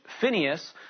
Phineas